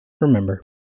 Remember